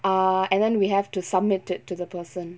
err and then we have to submit it to the person